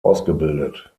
ausgebildet